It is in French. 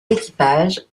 équipages